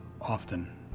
often